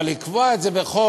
אבל לקבוע את זה בחוק,